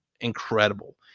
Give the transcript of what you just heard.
incredible